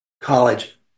college